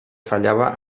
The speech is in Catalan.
fallava